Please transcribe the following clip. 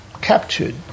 captured